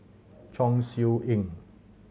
Chong Siew Ying